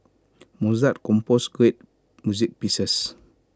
Mozart composed great music pieces